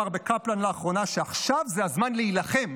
אמר בקפלן לאחרונה שעכשיו זה הזמן להילחם.